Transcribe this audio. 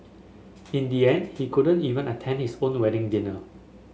in the end he couldn't even attend his own wedding dinner